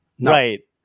Right